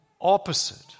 opposite